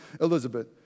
Elizabeth